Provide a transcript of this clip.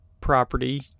property